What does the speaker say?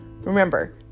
Remember